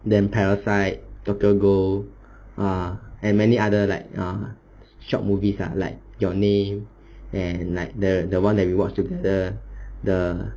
the emperor sign doctor goh uh and many other like err short movies ah like your name and like the one that rewards the the